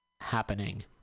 happening